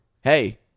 Hey